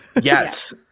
yes